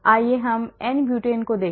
आइए हम n butane को देखें